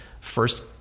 first